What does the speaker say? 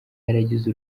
yaragize